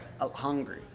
Hungry